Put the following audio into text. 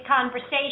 conversation